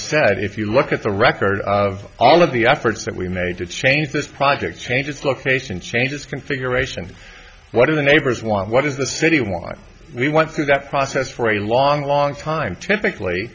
said if you look at the record of all of the efforts that we made to change this project changes location changes configuration what are the neighbors want what is the city why we went through that process for a long long time typically